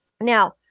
Now